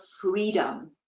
freedom